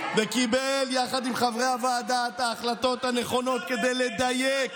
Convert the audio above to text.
וקיבל יחד עם חברי הוועדה את ההחלטות הנכונות כדי לדייק,